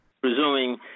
Presuming